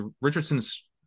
Richardson's